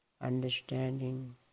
understanding